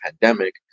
pandemic